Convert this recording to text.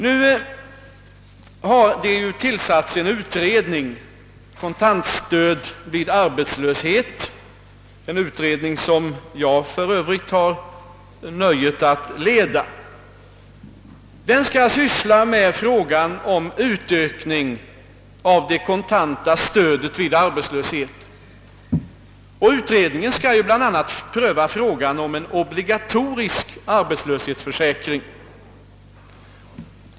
Nu har det tillsatts en utredning — utredningen om kontantstöd vid arbetslöshet — som jag för övrigt har nöjet att leda. Den skall ta upp frågan om utökning av det kontanta stödet vid arbetslöshet och skall bl.a. pröva tanken på en obligatorisk arbetslöshetsförsäkring.